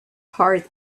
heart